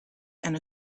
and